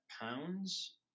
pounds